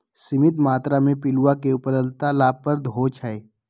सीमित मत्रा में पिलुआ के उपलब्धता लाभप्रद होइ छइ